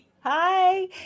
hi